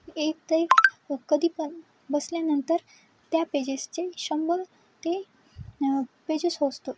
एक तर एक कधी पण बसल्यानंतर त्या पेजेसचे शंभर ते पेजेस वाचतो